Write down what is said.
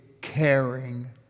caring